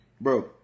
Bro